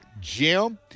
Jim